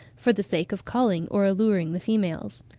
for the sake of calling or alluring the females.